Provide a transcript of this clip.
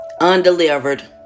Undelivered